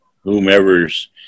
whomever's